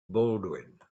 baldwin